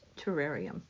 terrarium